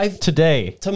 Today